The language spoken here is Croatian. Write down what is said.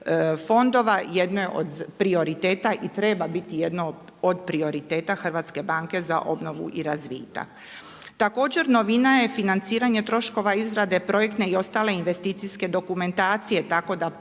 fondova. Jedno je od prioriteta i treba biti jedno od prioriteta Hrvatske banke za obnovu i razvitak. Također novina je financiranje troškova izrade projektne i ostale investicijske dokumentacije, tako da